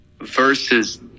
versus